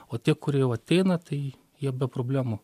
o tie kurie jau ateina tai jie be problemų